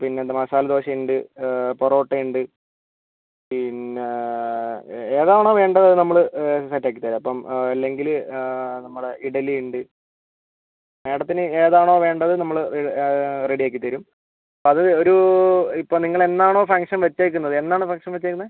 പിന്നെ എന്താ മസാല ദോശ ഉണ്ട് പൊറോട്ട ഉണ്ട് പിന്നെ ഏതാണോ വേണ്ടത് അത് നമ്മൾ സെറ്റ് ആക്കിത്തരാം അപ്പം അല്ലെങ്കിൽ നമ്മുടെ ഇഡ്ഡലി ഉണ്ട് മാഡത്തിന് ഏതാണോ വേണ്ടത് നമ്മൾ റെഡിയാക്കി തരും അത് ഒരു ഇപ്പോൾ നിങ്ങൾ എന്നാണോ ഫംഗ്ഷൻ വച്ചേക്കുന്നത് എന്നാണ് ഫംഗ്ഷൻ വെച്ചേക്കുന്നത്